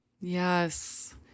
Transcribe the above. Yes